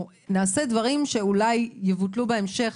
לעשות דברים שאולי יבוטלו בהמשך,